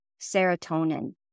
Serotonin